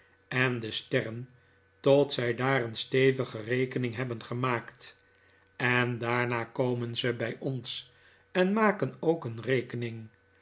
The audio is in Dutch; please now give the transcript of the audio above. en de sterren tot zij daar een stevige rekening hebben gemaakt en daarna komen ze bij ons en maken ook een rekening